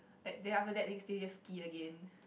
like day after that they just ski again